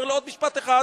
ואומרים לו: עוד משפט אחד.